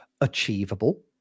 achievable